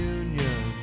union